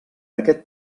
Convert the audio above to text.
aquest